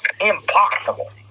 impossible